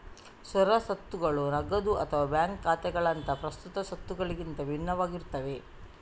ಸ್ಥಿರ ಸ್ವತ್ತುಗಳು ನಗದು ಅಥವಾ ಬ್ಯಾಂಕ್ ಖಾತೆಗಳಂತಹ ಪ್ರಸ್ತುತ ಸ್ವತ್ತುಗಳಿಗಿಂತ ಭಿನ್ನವಾಗಿರ್ತವೆ